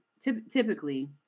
typically